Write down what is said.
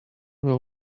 will